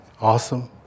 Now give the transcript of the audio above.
awesome